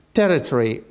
territory